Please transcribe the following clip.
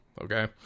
Okay